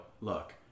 look